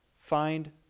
find